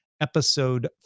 episode